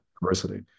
diversity